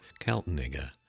Kaltenegger